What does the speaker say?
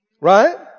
Right